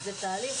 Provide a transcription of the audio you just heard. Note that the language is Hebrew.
זה תהליך.